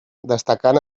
destacant